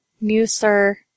Muser